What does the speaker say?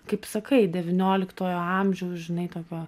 kaip sakai devynioliktojo amžiaus žinai tokio